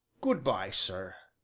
good-by, sir.